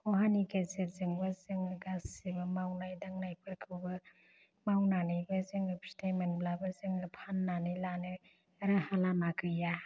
खहानि गेजेरजोंबो जोङो गासैबो मावनाय दांनायफोरखौबो मावनानैबो जोङो फिथाइ मोनब्लाबो जोङो फान्नानै लानो राहा लामा गैया